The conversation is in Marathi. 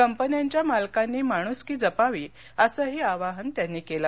कंपन्यांच्या मालकांनी माणूसकी जपावी असंही आवाहन त्यांनी केलं